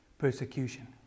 persecution